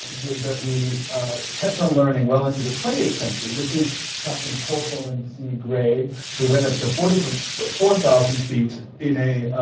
that we kept on learning well into the twentieth century. this is captain hawthorne c. gray who went up to four four thousand feet in a